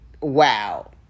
wow